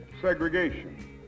segregation